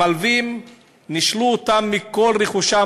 המלווים נישלו אותם מכל רכושם,